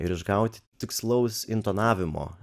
ir išgauti tikslaus intonavimo